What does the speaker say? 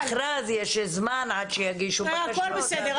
-- כי גם אחרי פרסום המכרז יש זמן עד שיגישו --- הכול בסדר.